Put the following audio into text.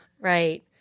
Right